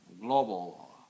global